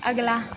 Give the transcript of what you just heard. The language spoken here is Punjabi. ਅਗਲਾ